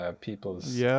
people's